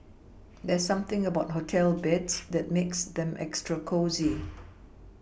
there's something about hotel beds that makes them extra cosy